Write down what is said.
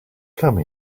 come